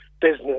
business